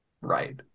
Right